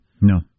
No